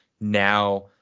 now